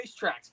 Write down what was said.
racetracks